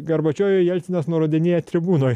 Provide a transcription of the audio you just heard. gorbačiovui jelcinas nurodinėja tribūnoj